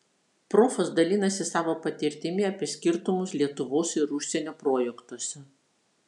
profas dalinasi savo patirtimi apie skirtumus lietuvos ir užsienio projektuose